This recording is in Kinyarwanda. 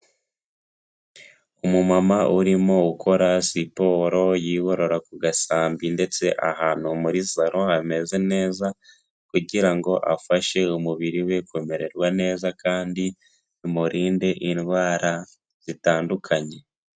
Umumama urimo ukora siporo yigorora ku gasambi ndetse ahantu muri saro hameze neza kugira ngo afashe umubiri we kumererwa neza kandi bimurinde indwara zitandukanye.